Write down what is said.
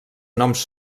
noms